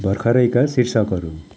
भर्खरैका शीर्षकहरू